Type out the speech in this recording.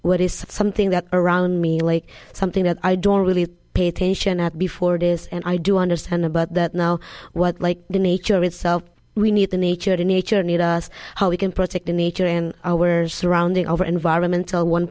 what is something that around me like something that i don't really pay attention at before it is and i do understand about that now what like the nature itself we need the nature of nature need us how we can protect the nature and where surrounding over environmental one